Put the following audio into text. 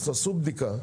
תעשו בדיקה.